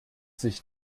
sich